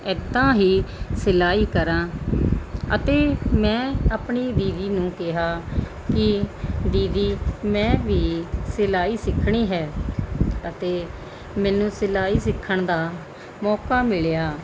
ਇੱਦਾਂ ਹੀ ਸਿਲਾਈ ਕਰਾਂ ਅਤੇ ਮੈਂ ਆਪਣੀ ਦੀਦੀ ਨੂੰ ਕਿਹਾ ਕਿ ਦੀਦੀ ਮੈਂ ਵੀ ਸਿਲਾਈ ਸਿੱਖਣੀ ਹੈ ਅਤੇ ਮੈਨੂੰ ਸਿਲਾਈ ਸਿੱਖਣ ਦਾ ਮੌਕਾ ਮਿਲਿਆ